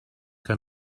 que